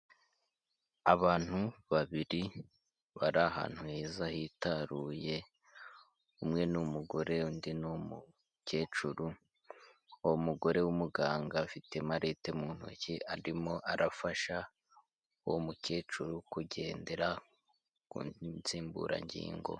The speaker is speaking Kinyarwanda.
Abantu babiri bari ahantu heza hitaruye, umwe ni umugore, undi ni umukecuru, uwo mugore w'umuganga afite imarete mu ntoki arimo arafasha uwo mukecuru kugendera ku nsimburangingo.